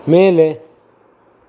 ಮೇಲೆ